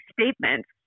statements